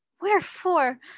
Wherefore